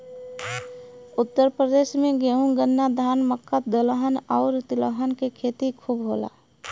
उत्तर प्रदेश में गेंहू, गन्ना, धान, मक्का, दलहन आउर तिलहन के खेती खूब होला